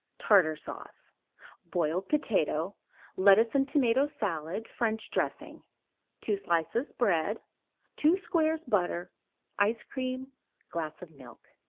tartar sauce boiled potato lettuce and tomato salad, french dressing two slices bread two squares butter ice cream glass of milk.